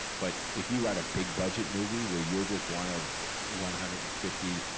but if you write a big-budget movie where you're just one of one hundred and fifty,